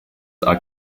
are